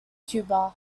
cuba